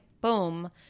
boom